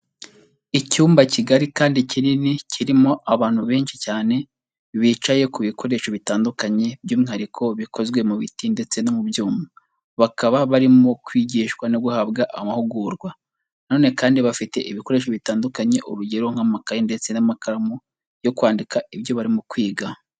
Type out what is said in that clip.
Icyumba kigari kandi kinini kirimo abantu benshi cyane bicaye ku bikoresho bitandukanye, by'umwihariko bikozwe mu biti ndetse no mu byuma, bakaba barimo kwigishwa no guhabwa amahugurwa na none kandi bafite ibikoresho bitandukanye, urugero nk'amakaye ndetse n'amakaramu yo kwandika ibyo barimo kwiga.